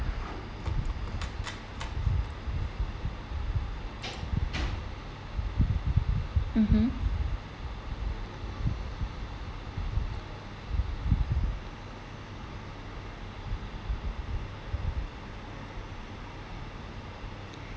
mmhmm